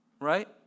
Right